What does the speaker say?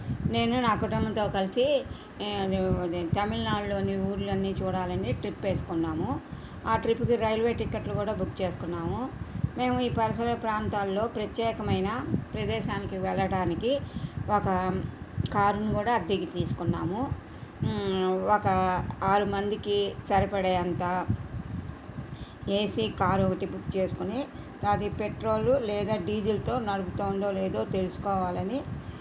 నేను నా కుటుంబంతో కలిసి తమిళనాడులోని ఊర్లన్నీ చూడాలని ట్రిప్ వేసుకున్నాము ఆ ట్రిప్పుకి రైల్వే టిక్కెట్లు కూడా బుక్ చేసుకున్నాము మేము ఈ పరిసర ప్రాంతాల్లో ప్రత్యేకమైన ప్రదేశానికి వెళ్ళడానికి ఒక కారును కూడా అద్దెకి తీసుకున్నాము ఒక ఆరు మందికి సరిపడే అంత ఏ సీ కార్ ఒకటి బుక్ చేసుకోని అది పెట్రోలు లేదా డీజిల్తో నడుపుతోందో లేదో తెల్సుకోవాలని